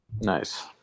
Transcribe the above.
Nice